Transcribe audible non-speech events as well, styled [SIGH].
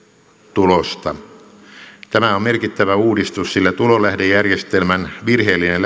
tulosta tämä on merkittävä uudistus sillä tulolähdejärjestelmän virheellinen [UNINTELLIGIBLE]